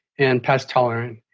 and pest tolerant.